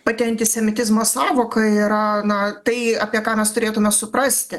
pati antisemitizmo sąvoka yra na tai apie ką mes turėtume suprasti